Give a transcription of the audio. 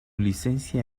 licencia